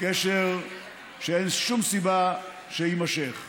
קשר שאין שום סיבה שיימשך.